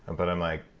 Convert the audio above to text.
but i'm like.